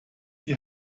die